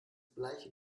bleich